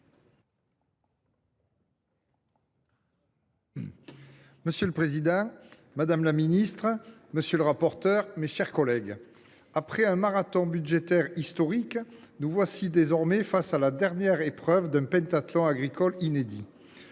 Monsieur le président, madame la ministre, mes chers collègues, après un marathon budgétaire historique, nous voici désormais face à la dernière épreuve d’un pentathlon agricole inédit.